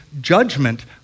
judgment